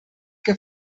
que